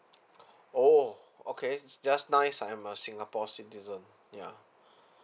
orh okay it's just nice I'm a singapore citizen ya